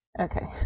Okay